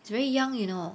he's very young you know